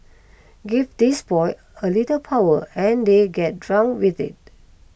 give these boys a little power and they get drunk with it